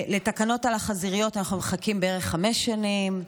לתקנות על החזיריות אנחנו מחכים בערך חמש שנים.